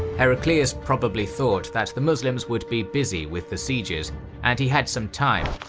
heraclius probably thought that the muslims will be busy with the sieges and he has some time,